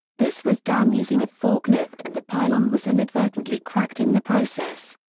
this was done using a forklift and the pylon was inadvertently cracked in the process.